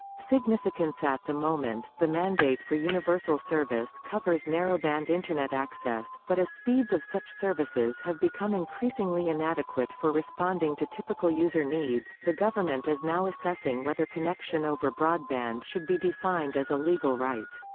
significanceat the moment, the mandate for universal service covers narrowband internet access, but as speeds of such services have become increasingly inadequate for responding to typical user needs, the government is now assessing whether connection over broadband should be defined as a legal right.